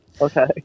Okay